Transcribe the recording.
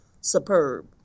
superb